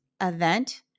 event